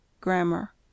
Grammar